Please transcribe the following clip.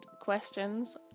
questions